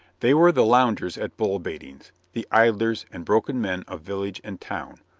they were the loungers at bull baitings, the idlers and broken men of village and town,